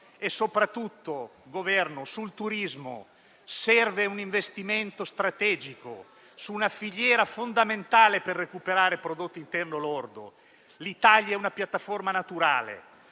ai banchi del Governo - sul turismo serve un investimento strategico, su una filiera fondamentale per recuperare Prodotto interno lordo. L'Italia è una piattaforma naturale.